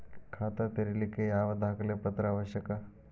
ಖಾತಾ ತೆರಿಲಿಕ್ಕೆ ಯಾವ ದಾಖಲೆ ಪತ್ರ ಅವಶ್ಯಕ?